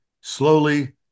slowly